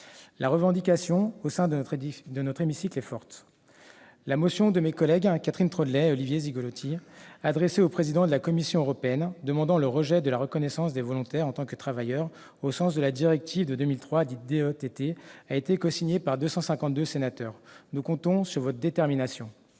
La revendication au sein de notre hémicycle est forte : la motion de mes collègues Catherine Troendlé et Olivier Cigolotti, adressée au président de la Commission européenne, demandant le rejet de la reconnaissance des volontaires en tant que « travailleurs » au sens de la directive de 2003 dite DETT, a été cosignée par 252 sénateurs. Nous comptons sur votre détermination.